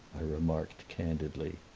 i remarked candidly.